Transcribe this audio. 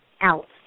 out